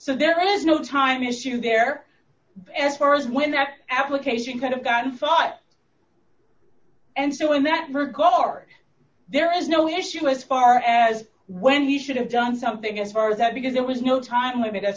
so there is no time issue there as far as when that application could have gotten fought and so in that regard there is no issue as far as when he should have done something as far as that because there was no time limit as